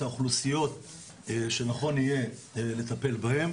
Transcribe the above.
את האוכלוסיות שנכון יהיה לטפל בהן,